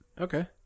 Okay